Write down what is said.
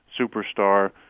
superstar